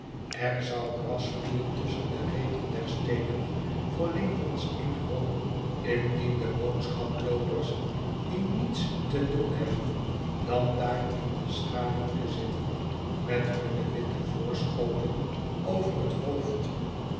er zou gras groeien tusschen de reten der steenen voor lincoln s inn hall indien de boodschaploopers die niets te doen hebben dan daar in de schaduw te zitten met hunne witte voorschoten over het hoofd